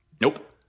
Nope